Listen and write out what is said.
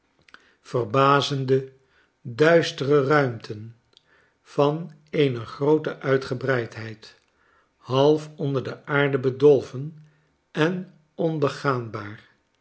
verbazende duistere ruimten van eene grooteuitgebreidheid half onder de aarde bedolven en onbegaanbaar